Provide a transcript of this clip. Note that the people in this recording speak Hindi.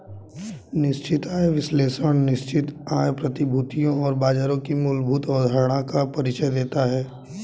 निश्चित आय विश्लेषण निश्चित आय प्रतिभूतियों और बाजारों की मूलभूत अवधारणाओं का परिचय देता है